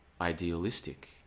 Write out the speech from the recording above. idealistic